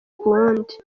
kuwundi